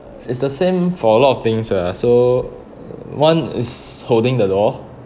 it's the same for a lot of things ah so one is holding the door